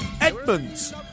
Edmunds